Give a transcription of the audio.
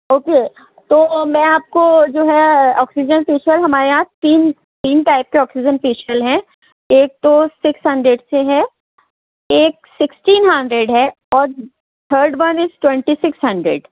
okay تو میں آپ کو جو ہے آکسیجن فیشیل ہمارے یہاں تین تین ٹائپ کے آکسیجن فیشیل ہیں ایک تو سکس ہنڈریڈ سے ہے ایک سکسٹین ہنڈریڈ ہے اور third one twenty six hundred